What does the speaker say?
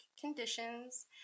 conditions